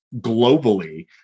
globally